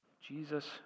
Jesus